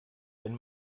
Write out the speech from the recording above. wenn